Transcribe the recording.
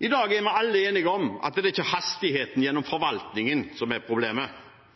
I dag er vi alle enige om at det er ikke hastigheten i forvaltningen som er problemet.